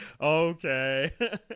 Okay